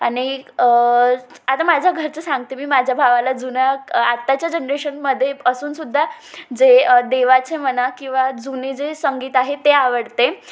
आणि आता माझ्या घरचं सांगते मी माझ्या भावाला जुन्या आत्ताच्या जनरेशनमध्ये असूनसुद्धा जे देवाचे मना किंवा जुनी जे संगीत आहे ते आवडते